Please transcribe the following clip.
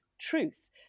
truth